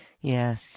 Yes